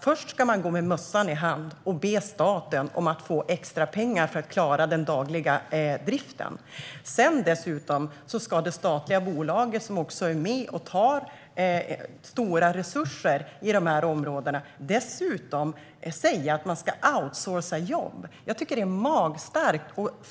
Först ska man gå med mössan i hand och be staten om extra pengar för att klara den dagliga driften, och sedan ska det statliga bolaget - som också är med och tar stora resurser i dessa områden - dessutom säga att jobb ska outsourcas. Jag tycker att det är magstarkt.